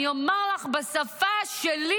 אני אומר לך בשפה שלי.